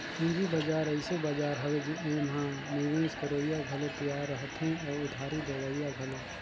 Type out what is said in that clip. पंूजी बजार अइसे बजार हवे एम्हां निवेस करोइया घलो तियार रहथें अउ उधारी लेहोइया घलो